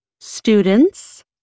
Students